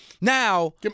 Now